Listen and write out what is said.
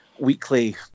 weekly